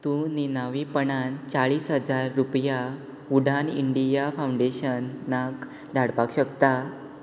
तूं निनावीपणान चाळीस हजार रुपया उडान इंडिया फावंडेशनाक धाडपाक शकता